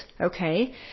okay